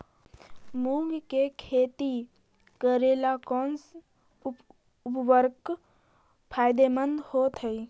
मुंग के खेती करेला कौन उर्वरक फायदेमंद होतइ?